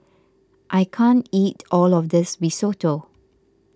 I can't eat all of this Risotto